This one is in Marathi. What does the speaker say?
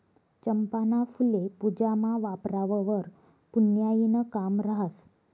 चंपाना फुल्ये पूजामा वापरावंवर पुन्याईनं काम रहास